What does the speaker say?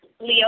Leo